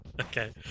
Okay